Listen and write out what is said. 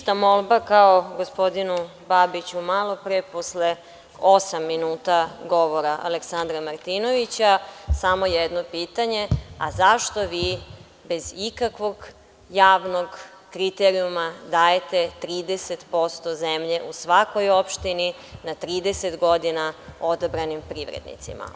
Ista molba kao gospodinu Babiću malopre, posle osam minuta govora Aleksandra Martinovića, samo jedno pitanje – a zašto vi bez ikakvog javnog kriterijuma dajete 30% zemlje u svakoj opštini na 30 godina odabranim privrednicima?